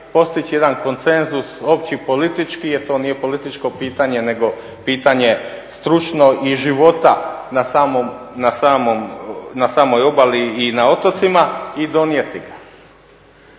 postići jedan konsenzus opći politički jer to nije političko pitanje nego pitanje stručno iz života na samoj obali i na otocima i donijeti ga.